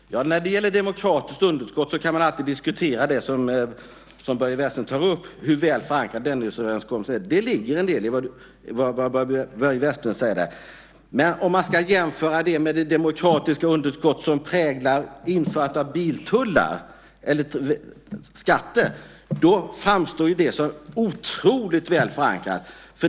Fru talman! När det gäller demokratiskt underskott kan man alltid diskutera hur väl förankrad Dennisöverenskommelsen var. Det ligger en del i vad Börje Vestlund säger, men om man ska jämföra det med det demokratiska underskott som präglar införandet av trängselskatter framstår den som mycket väl förankrad.